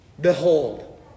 Behold